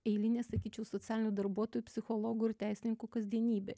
eilinė sakyčiau socialinių darbuotojų psichologų ir teisininkų kasdienybė